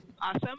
Awesome